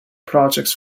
projects